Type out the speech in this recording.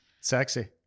Sexy